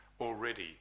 already